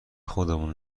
خودمون